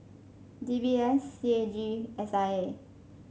D B S C A G and S I A